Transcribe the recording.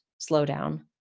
slowdown